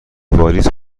واریز